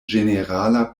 ĝenerala